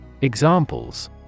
Examples